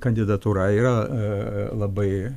kandidatūra yra labai